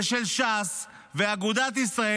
ושל ש"ס ואגודת ישראל,